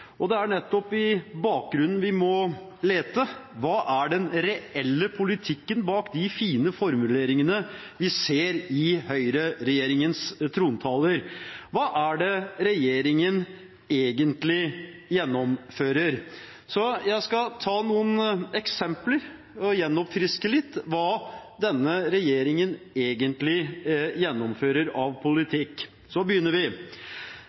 Og det er nettopp i bakgrunnen vi må lete: Hva er den reelle politikken bak de fine formuleringene vi ser i høyreregjeringens trontaler? Hva er det regjeringen egentlig gjennomfører? Jeg skal ta noen eksempler og gjenoppfriske litt hva denne regjeringen egentlig gjennomfører av